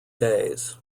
days